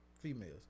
females